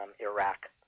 Iraq